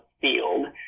field